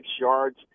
yards